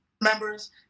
members